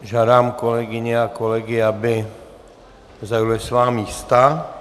Žádám kolegyně a kolegy, aby zaujali svá místa.